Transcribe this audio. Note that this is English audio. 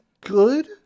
good